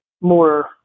more